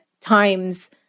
times